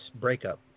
breakup